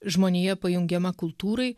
žmonija pajungiama kultūrai